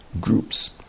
groups